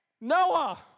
Noah